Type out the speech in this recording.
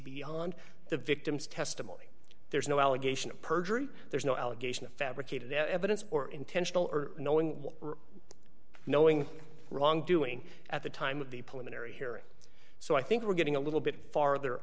beyond the victim's testimony there's no allegation of perjury there's no allegation of fabricated evidence or intentional or knowing knowing wrongdoing at the time of the pulling in every hearing so i think we're getting a little bit farther